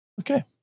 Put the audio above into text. Okay